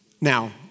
Now